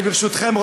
ברשותכם,